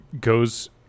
goes